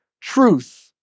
truth